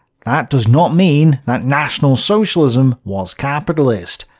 that does not mean that national socialism was capitalist.